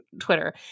Twitter